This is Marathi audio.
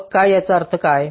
मग काय याचा अर्थ काय